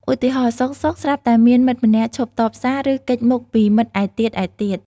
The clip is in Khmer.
ឧទាហរណ៍ សុខៗស្រាប់តែមានមិត្តម្នាក់ឈប់តបសារ ឬ គេចមុខពីមិត្តឯទៀតៗ។